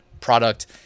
product